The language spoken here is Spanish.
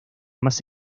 más